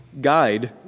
guide